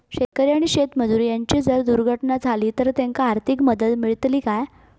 शेतकरी आणि शेतमजूर यांची जर दुर्घटना झाली तर त्यांका आर्थिक मदत मिळतली काय?